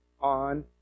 on